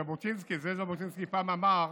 ז'בוטינסקי אמר פעם: